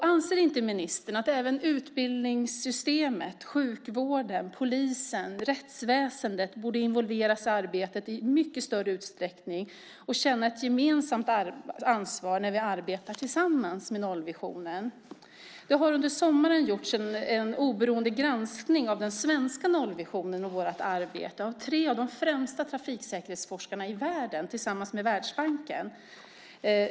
Anser inte ministern att även utbildningssystemet, sjukvården, polisen och rättsväsendet borde involveras i arbetet i mycket större utsträckning och känna ett gemensamt ansvar när vi arbetar tillsammans med nollvisionen? Det har under sommaren gjorts en oberoende granskning av den svenska nollvisionen och vårt arbete av tre av de främsta trafiksäkerhetsforskarna i världen tillsammans med Världsbanken.